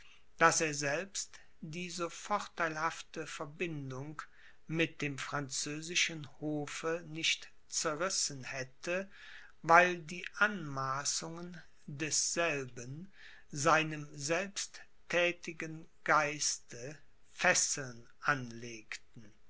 daß er selbst die so vorteilhafte verbindung mit dem französischen hofe nicht zerrissen hätte weil die anmaßungen desselben seinem selbsttätigen geiste fesseln anlegten